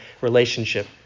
relationship